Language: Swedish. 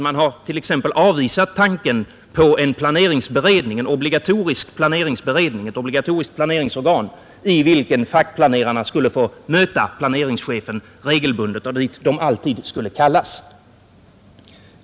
Man har t.ex. avvisat tanken på en obligatorisk planeringsberedning, ett organ i vilket fackplanerarna skulle få möta planeringschefen regelbundet och dit de alltid skulle kallas.